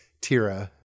Tira